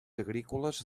agrícoles